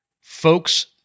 folks